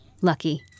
Lucky